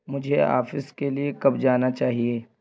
مجھے آفس کے لیے کب جانا چاہیے